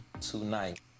tonight